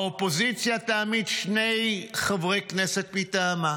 האופוזיציה תעמיד שני חברי כנסת מטעמה,